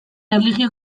erlijio